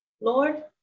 Lord